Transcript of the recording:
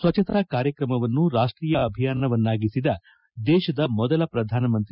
ಸ್ವಜ್ಞತಾ ಕಾರ್ಯಕ್ರಮವನ್ನು ರಾಷ್ಟೀಯ ಅಭಿಯಾನವನ್ನಾಗಿಸಿದ ದೇಶದ ಮೊದಲ ಪ್ರಧಾನ ಮಂತ್ರಿ